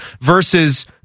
versus